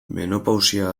menopausia